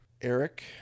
Eric